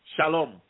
Shalom